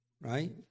Right